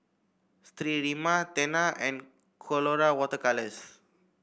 Sterimar Tena and Colora Water Colours